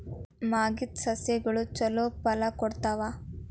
ಮಾಗಿದ್ ಸಸ್ಯಗಳು ಛಲೋ ಫಲ ಕೊಡ್ತಾವಾ?